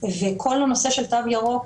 שבוע טוב,